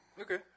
Okay